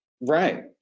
Right